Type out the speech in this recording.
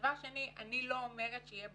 דבר שני, שיהיה ברור: